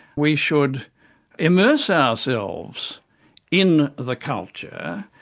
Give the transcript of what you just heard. we should immerse ourselves in the culture,